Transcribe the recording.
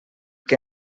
que